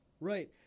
Right